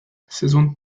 saison